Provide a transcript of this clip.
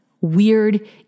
weird